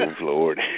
lord